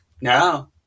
No